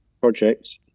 projects